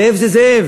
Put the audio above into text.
זאב זה זאב,